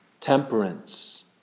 temperance